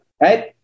Right